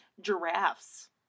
giraffes